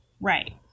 Right